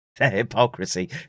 hypocrisy